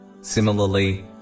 Similarly